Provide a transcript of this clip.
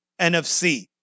NFC